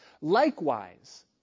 Likewise